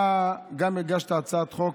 גם אתה הגשת הצעת חוק